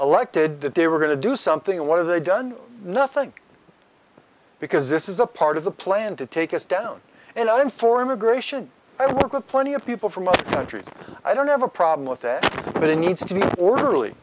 elected that they were going to do something what are they done nothing because this is a part of the plan to take us down and i'm former gratian i work with plenty of people from other countries i don't have a problem with it but it needs to be orderly